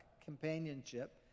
companionship